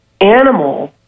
animal